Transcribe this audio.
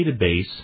database